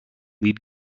lead